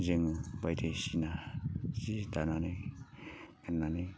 जोङो बायदिसिना जि दानानै होननानै